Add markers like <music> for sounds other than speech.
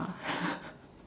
<breath>